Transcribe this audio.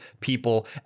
people